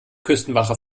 küstenwache